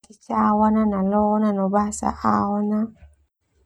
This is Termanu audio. Lona no bahasa aona.